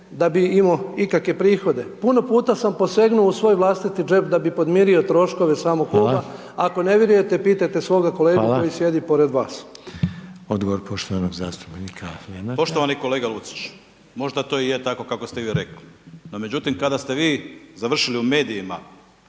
da bi imao ikakve prihode. Puno puta sam posegnuo u svoj vlastiti džep da bi podmirio troškove samog kluba, ako ne vjerujete, pitajte svoga kolegu koji sjedi pored vas. **Reiner, Željko (HDZ)** Hvala. Odgovor poštovanog zastupnika Lenarta. **Lenart, Željko (HSS)** Poštovani kolega Lucić, možda to je tako kako ste vi rekli. No, međutim, kada ste vi završili u medijima,